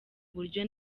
buryo